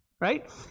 right